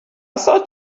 thought